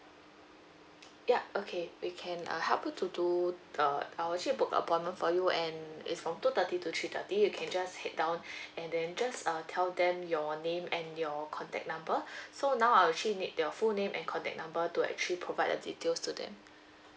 yup okay we can uh help you to do the I'll actually book appointment for you and it's from two thirty to three thirty you can just head down and then just uh tell them your name and your contact number so now I'll actually need your full name and contact number to actually provide the details to them